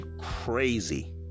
crazy